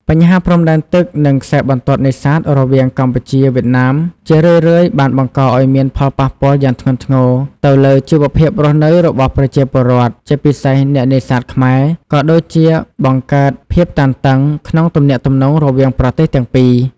បញ្ហាព្រំដែនទឹក និងខ្សែបន្ទាត់នេសាទរវាងកម្ពុជាវៀតណាម ជារឿយៗបានបង្កឱ្យមានផលប៉ះពាល់យ៉ាងធ្ងន់ធ្ងរទៅលើជីវភាពរស់នៅរបស់ប្រជាពលរដ្ឋ ជាពិសេសអ្នកនេសាទខ្មែរ ក៏ដូចជាបង្កើតភាពតានតឹងក្នុងទំនាក់ទំនងរវាងប្រទេសទាំងពីរ។